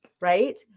right